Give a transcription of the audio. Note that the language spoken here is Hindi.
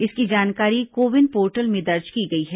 इसकी जानकारी को विन पोर्टल में दर्ज की गई है